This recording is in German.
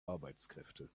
arbeitskräfte